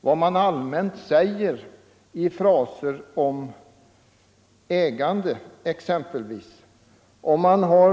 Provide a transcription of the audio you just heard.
vad kommunisterna i allmänna fraser säger om ägandet och hur de sedan handlar.